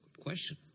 question